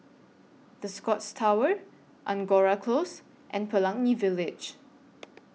The Scotts Tower Angora Close and Pelangi Village